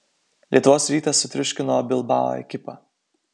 lietuvos rytas sutriuškino bilbao ekipą